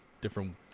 different